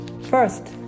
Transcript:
first